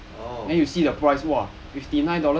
是啊 oh